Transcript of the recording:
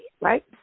right